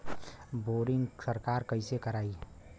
Boring सरकार कईसे करायी?